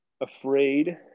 afraid